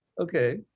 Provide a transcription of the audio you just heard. Okay